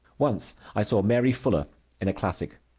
once i saw mary fuller in a classic.